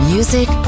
Music